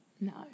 No